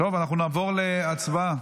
נעבור להצבעה.